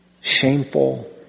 shameful